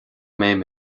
mbeidh